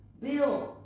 Bill